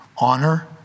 Honor